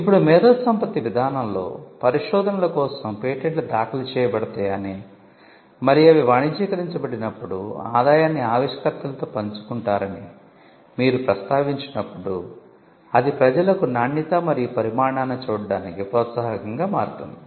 ఇప్పుడు మేధోసంపత్తి విధానంలో పరిశోధనల కోసం పేటెంట్లు దాఖలు చేయబడతాయని మరియు అవి వాణిజ్యీకరించబడినప్పుడు ఆదాయాన్ని ఆవిష్కర్తలతో పంచుకుంటారని మీరు ప్రస్తావించినప్పుడు అది ప్రజలకు నాణ్యత మరియు పరిమాణాన్ని చూడటానికి ప్రోత్సాహకంగా మారుతుంది